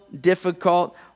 difficult